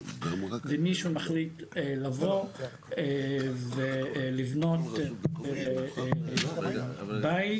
ומישהו מחליט לבוא ולבנות בית